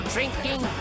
Drinking